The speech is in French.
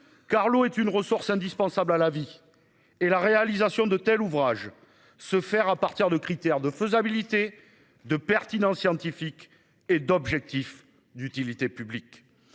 car l'eau est une ressource indispensable à la vie et la réalisation de tels ouvrages se faire à partir de critères de faisabilité de pertinence scientifique et d'objectifs d'utilité publique.